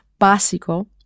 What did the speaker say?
básico